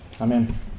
Amen